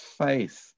faith